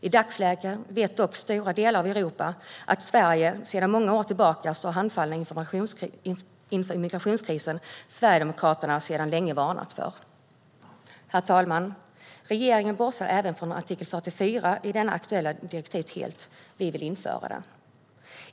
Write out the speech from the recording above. I dagsläget vet dock stora delar av Europa att Sverige sedan många år tillbaka står handfallet inför den migrationskris som Sverigedemokraterna sedan länge varnat för. Herr talman! Regeringen bortser även från artikel 44 i det aktuella direktivet. Vi vill införa den.